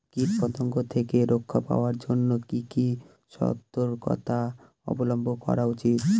কীটপতঙ্গ থেকে রক্ষা পাওয়ার জন্য কি কি সর্তকতা অবলম্বন করা উচিৎ?